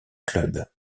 club